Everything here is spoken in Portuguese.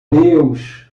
deus